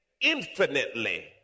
infinitely